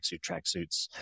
tracksuits